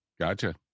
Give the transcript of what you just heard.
Gotcha